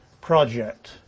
project